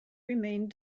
remained